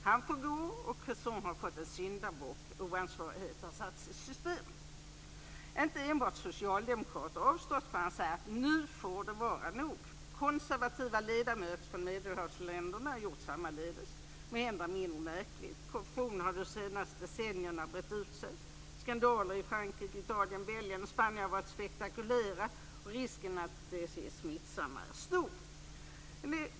Han får gå, och Cresson har fått en syndabock. Oansvarighet har satts i system. Inte enbart socialdemokrater har avstått från att säga "nu får det vara nog!". Konservativa ledamöter från Medelhavsländerna har gjort sammaledes. Det är måhända mindre märkligt. Korruption har under de senaste decennierna brett ut sig. Skandaler i Frankrike, Italien, Belgien och Spanien har varit spektakulära, och risken att de är smittsamma är stor.